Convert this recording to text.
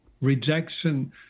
rejection